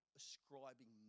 ascribing